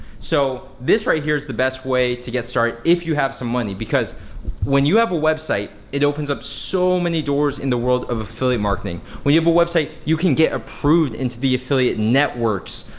so this right here is the best way to get started if you have some money, because when you have a website it opens up so many doors in the world of affiliate marketing. when you have a website you can get approved into the affiliate networks.